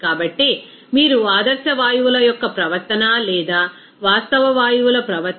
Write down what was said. కాబట్టి మీరు ఆదర్శ వాయువుల యొక్కప్రవర్తన లేదా వాస్తవ వాయువుల ప్రవర్తన